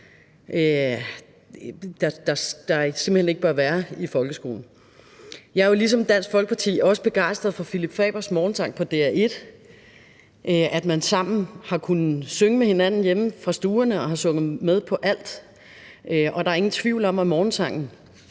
der simpelt hen ikke bør være i folkeskolen. Jeg er jo ligesom Dansk Folkeparti begejstret for Phillip Fabers morgensang på DR1, og at man sammen har kunnet synge med hinanden hjemme fra stuerne og har sunget med på alt. Der er ingen tvivl om, at morgensang